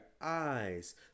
eyes